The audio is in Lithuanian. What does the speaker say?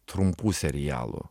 trumpų serialų